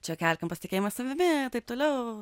čia kelkim pasitikėjimą savimi ir taip toliau